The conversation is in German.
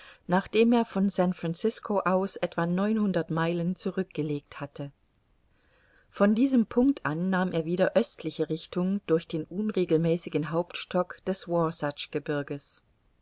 nachdem er von san francisco aus etwa neunhundert meilen zurückgelegt hatte von diesem punkt an nahm er wieder östliche richtung durch den unregelmäßigen hauptstock des